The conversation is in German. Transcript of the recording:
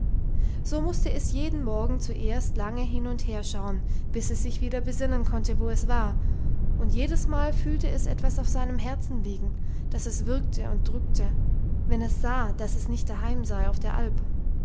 so mußte es jeden morgen zuerst lange hin und her schauen bis es sich wieder besinnen konnte wo es war und jedesmal fühlte es etwas auf seinem herzen liegen das es würgte und drückte wenn es sah daß es nicht daheim sei auf der alp